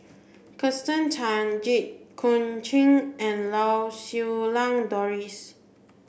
Kirsten Tan Jit Koon Ch'ng and Lau Siew Lang Doris